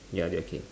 ya they're okay